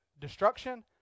destruction